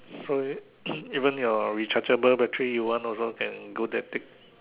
so even your rechargeable battery you want also can go there take